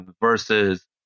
versus